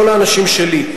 לא לאנשים שלי.